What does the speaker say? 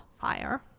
fire